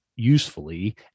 usefully